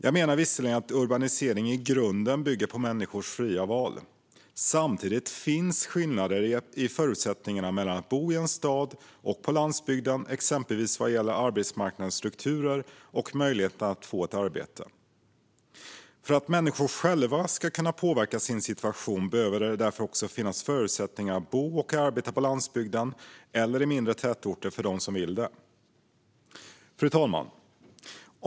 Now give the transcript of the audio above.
Jag menar visserligen att urbanisering i grunden bygger på människors fria val. Samtidigt finns skillnader i förutsättningarna mellan att bo i en stad och att bo på landsbygden exempelvis vad gäller arbetsmarknadens strukturer och möjligheten att få ett arbete. För att människor själva ska kunna påverka sin situation behöver det därför också finnas förutsättningar att bo och arbeta på landsbygden eller i mindre tätorter för dem som vill det. Fru talman!